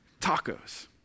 tacos